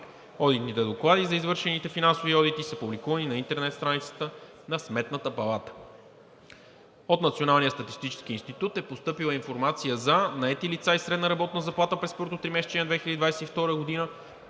Одитните доклади за извършените финансови одити са публикувани на интернет страницата на Сметната палата. От Националния статистически институт е постъпила информация за наети лица и средна работна заплата през първото 3-месечие на